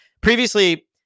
Previously